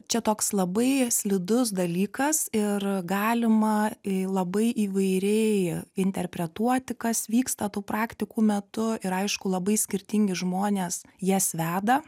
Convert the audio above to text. čia toks labai slidus dalykas ir galima i labai įvairiai interpretuoti kas vyksta tų praktikų metu ir aišku labai skirtingi žmonės jas veda